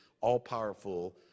all-powerful